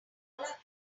our